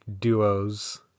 duos